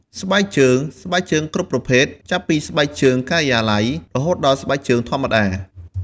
ស្បែកជើង ស្បែកជើងគ្រប់ប្រភេទ ចាប់ពីស្បែកជើងការិយាល័យ រហូតដល់ស្បែកជើងធម្មតា។